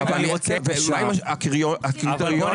הקריטריונים